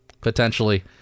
potentially